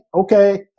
okay